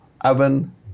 oven